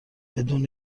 بدون